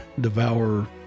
devour